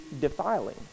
defiling